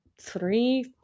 three